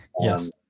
Yes